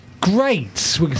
Great